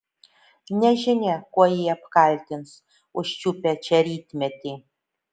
nežinia kuo jį apkaltins užčiupę čia rytmetį